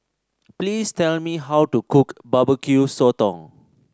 please tell me how to cook Barbecue Sotong